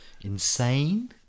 insane